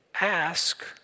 ask